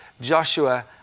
Joshua